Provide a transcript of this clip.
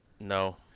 No